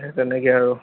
সেই তেনেকৈয়ে আৰু